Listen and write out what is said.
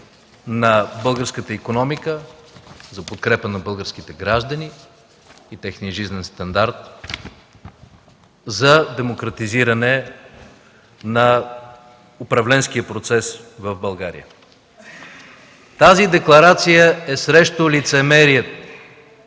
на българската икономика, за подкрепа на българските граждани, на техния жизнен стандарт, за демократизиране на управленския процес в България. Тази декларация е срещу лицемерието.